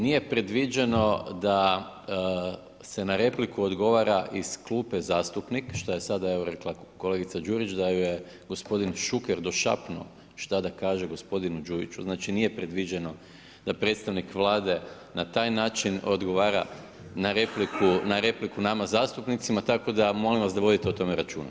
Nije predviđeno da se na repliku odgovara iz klupe zastupnik, šta je sada evo rekla kolegica Burić da ju je gospodin Šuker došapnuo šta da kaže gospodinu Đujiću, dakle nije predviđeno da predstavnik Vlade na taj način odgovara na repliku nama zastupnicima, tako da molim vas da vodite o tome računa.